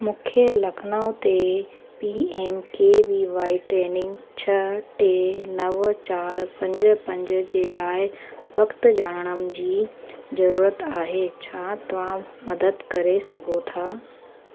मुखे लखनऊ ते P M K V Y training छह टे नव चारि पंज पंज जे लाइ वक्त ॼाणण जी ज़रूरत आहे छा तव्हां मदद करे सघो था